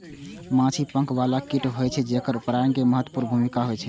माछी पंख बला कीट होइ छै, जेकर परागण मे महत्वपूर्ण भूमिका होइ छै